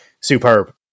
superb